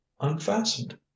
unfastened